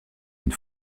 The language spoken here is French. une